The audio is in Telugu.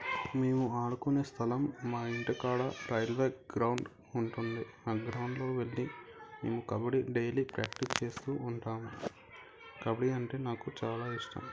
మేము ఆడుకునే స్థలం మా ఇంటికాడ రైల్వే గ్రౌండ్ ఉంటుంది ఆ గ్రౌండ్లో వెళ్ళి మేము కబడ్డీ డైలీ ప్రాక్టీస్ చేస్తు ఉంటాము కబడ్డీ అంటే నాకు చాలా ఇష్టం